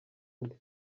nde